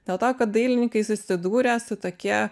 dėl to kad dailininkai susidūrė su tokia